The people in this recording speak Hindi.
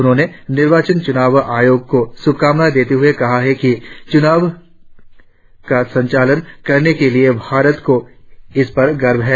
उन्होंने निर्वाचन च्रनाव आयोग को शुभकामनाएं देते हुए कहा कि चुनाव का संचालन करने के लिए भारत को इस पर गर्व है